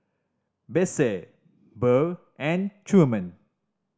Besse Burr and Truman